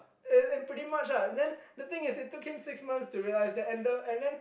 and and pretty much lah then the thing is it took him six months to realise that and the and then